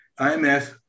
IMF